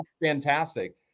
fantastic